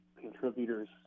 contributors